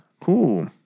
Cool